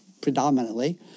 predominantly